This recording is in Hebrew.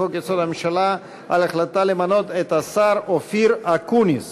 לחוק-יסוד: הממשלה על החלטתה למנות את השר אופיר אקוניס